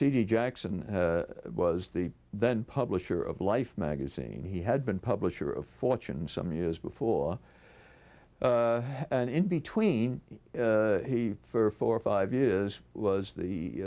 cd jackson was the then publisher of life magazine he had been publisher of fortune some years before and in between he for four or five years was the